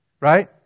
Right